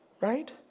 right